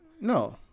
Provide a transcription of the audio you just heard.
no